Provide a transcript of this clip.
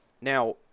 Now